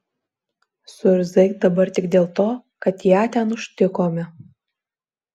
suirzai dabar tik dėl to kad ją ten užtikome